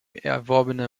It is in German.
erworbene